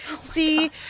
see